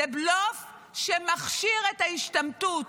זה בלוף שמכשיר את ההשתמטות.